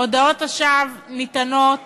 הודאות השווא ניתנות